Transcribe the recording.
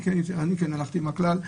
אני כן הלכתי עם הכלל.